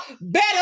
better